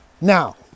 Now